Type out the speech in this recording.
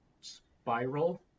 spiral